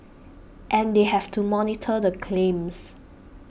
and they have to monitor the claims